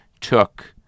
took